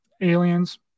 aliens